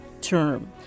term